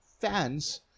fans